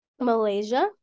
Malaysia